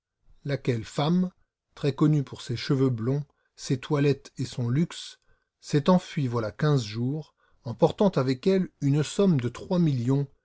laquelle femme très connue pour ses cheveux blonds ses toilettes et son luxe s'est enfuie voilà quinze jours emportant avec elle une somme de trois millions